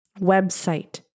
website